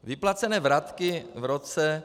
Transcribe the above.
Vyplacené vratky v roce...